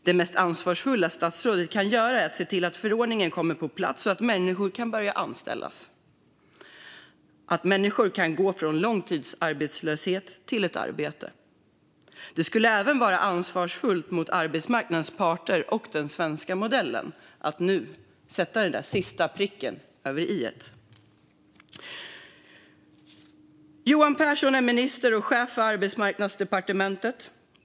Det mest ansvarsfulla som statsrådet kan göra är att se till att förordningen kommer på plats så att människor kan börja anställas och så att människor kan gå från långtidsarbetslöshet till arbete. Det skulle även vara ansvarsfullt mot arbetsmarknadens parter och den svenska modellen att nu sätta sista pricken över i:et. Johan Pehrson är minister och chef för Arbetsmarknadsdepartementet.